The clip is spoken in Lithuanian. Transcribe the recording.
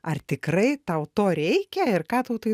ar tikrai tau to reikia ir ką tau tai